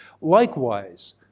Likewise